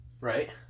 Right